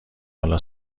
حالا